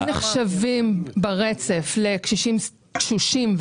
הם נחשבים לקשישים תשושים,